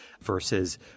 versus